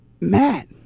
Matt